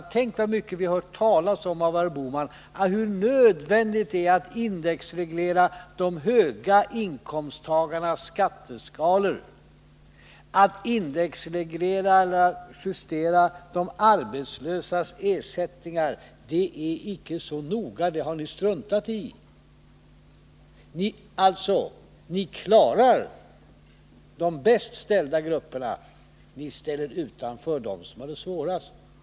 Tänk så mycket vi hört herr Bohman tala om hur nödvändigt det är att indexreglera de höga inkomsttagarnas skatteskalor! Att indexreglera eller justera de arbetslösas ersättningar, det är icke så noga, det har ni struntat i. Ni klarar alltså de bäst ställda grupperna, men de som har det svårast ställs utanför.